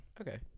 Okay